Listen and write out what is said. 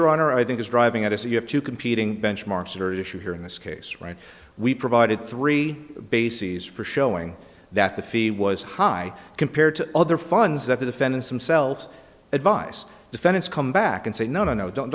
your honor i think is driving at us you have two competing benchmarks that are issue here in this case right we provided three bases for showing that the fee was high compared to other funds that the defendants themselves advise defendants come back and say no no no don't